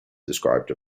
described